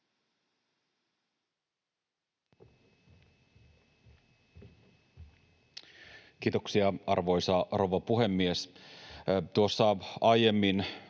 Kiitoksia, arvoisa rouva puhemies! Tuossa aiemmin